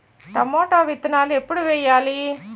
Tomato విత్తనాలు ఎప్పుడు వెయ్యాలి?